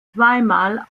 zweimal